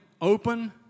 open